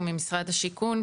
הוא ממשרד השיכון,